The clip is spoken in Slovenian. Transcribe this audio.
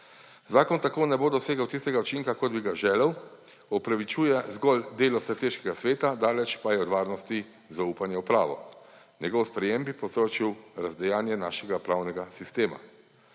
Zakon tako ne bo dosegel tistega učinka, kot bi ga želel. Upravičuje zgolj delo strateškega sveta, daleč pa je od varnosti, zaupanja v pravo. Njegovo sprejetje bi povzročilo razdejanje našega pravnega sistema.